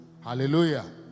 Hallelujah